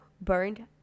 burned